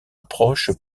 approche